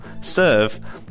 serve